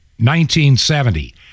1970